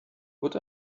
what